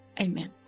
Amen